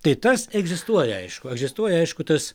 tai tas egzistuoja aišku egzistuoja aišku tas